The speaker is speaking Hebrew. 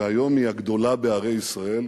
והיום היא הגדולה בערי ישראל.